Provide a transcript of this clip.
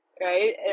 Right